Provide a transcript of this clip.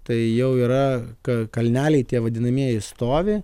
tai jau yra ka kalneliai tie vadinamieji stovi